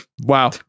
Wow